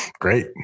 great